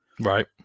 Right